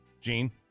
Gene